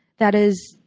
that is,